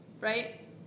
Right